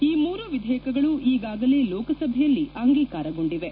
ಈ ಮೂರು ವಿಧೇಯಕಗಳು ಈಗಾಗಲೇ ಲೋಕಸಭೆಯಲ್ಲಿ ಅಂಗೀಕಾರಗೊಂಡಿವೆ